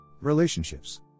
Relationships